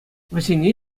вӗсене